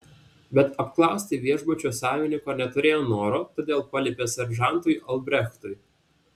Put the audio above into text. bet apklausti viešbučio savininko neturėjo noro todėl paliepė seržantui albrechtui